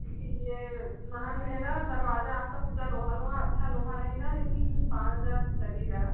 इसलिए माँग रहेगा दरवाज़ा आपका पूरा लोहा लोहा अच्छा लोहा रहेगा लेकिन पाँच हज़ार लगेगा